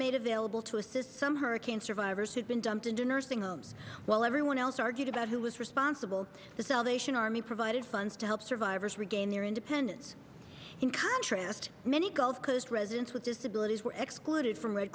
made available to assist some hurricane survivors who've been dumped into nursing homes while everyone else argued about who was responsible the salvation army provided funds to help survivors regain their independence in contrast many gulf coast residents with disabilities were excluded from red